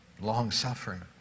long-suffering